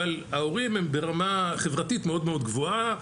אבל ההורים הם ברמה חברתית מאד מאד גבוהה,